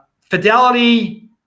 Fidelity